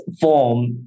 form